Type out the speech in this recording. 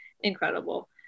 incredible